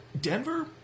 Denver